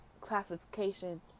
classification